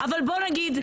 אבל בוא נגיד,